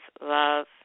love